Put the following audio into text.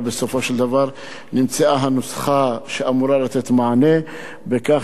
אבל בסופו שלדבר נמצאה הנוסחה שאמורה לתת מענה בכך